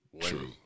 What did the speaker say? True